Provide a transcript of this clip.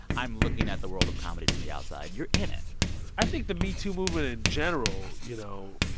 i'm looking at the world of comedy from the outside. you're in it i think the metoo movement in general, you know,